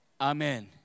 Amen